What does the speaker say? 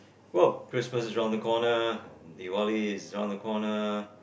well Christmas is around the corner and Deepavali is around the corner